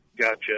Gotcha